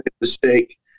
mistake